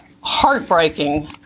heartbreaking